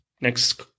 next